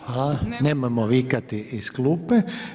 Hvala, nemojmo vikati iz klupe.